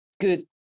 good